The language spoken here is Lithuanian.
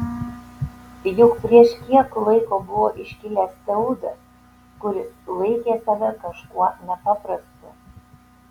juk prieš kiek laiko buvo iškilęs teudas kuris laikė save kažkuo nepaprastu